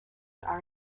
are